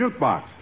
jukebox